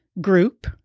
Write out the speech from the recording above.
group